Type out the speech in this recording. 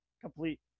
complete